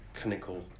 clinical